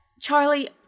Charlie